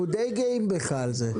אנחנו די גאים בך על זה.